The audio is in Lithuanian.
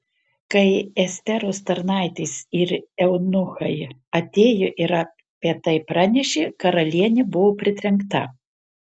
kai esteros tarnaitės ir eunuchai atėjo ir apie tai pranešė karalienė buvo pritrenkta